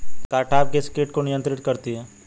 Cartap किस किट को नियंत्रित करती है?